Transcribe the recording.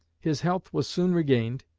his health was soon regained,